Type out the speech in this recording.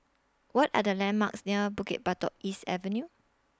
What Are The landmarks near Bukit Batok East Avenue